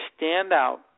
standout